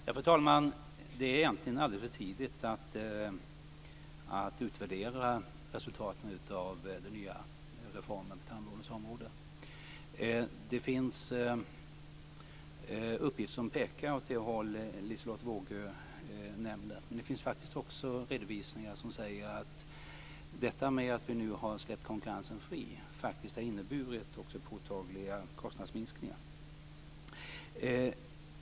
Fru talman! Det är egentligen alldeles för tidigt att utvärdera resultaten av den nya reformen på tandvårdens område. Det finns uppgifter som pekar åt det håll Liselotte Wågö nämner. Men det finns faktiskt också redovisningar som säger att detta att vi nu har släppt konkurrensen fri har inneburit påtagliga kostnadsminskningar.